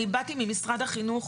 אני באתי ממשרד החינוך.